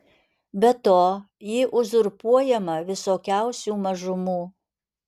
be to ji uzurpuojama visokiausių mažumų